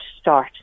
start